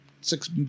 six